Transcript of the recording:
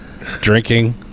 drinking